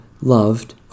loved